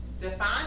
Define